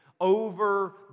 over